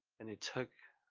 and it took